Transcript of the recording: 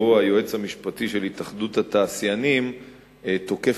שבו היועץ המשפטי של התאחדות התעשיינים תוקף